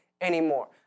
anymore